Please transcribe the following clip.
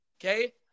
okay